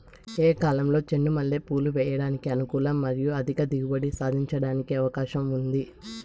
ఏ కాలంలో చెండు మల్లె పూలు వేయడానికి అనుకూలం మరియు అధిక దిగుబడి సాధించడానికి అవకాశం ఉంది?